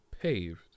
Paved